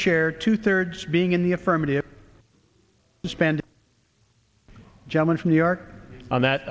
chair two thirds being in the affirmative spend gentleman from new york on that